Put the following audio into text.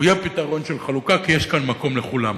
פתרון של חלוקה, כי יש כאן מקום לכולם.